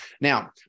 Now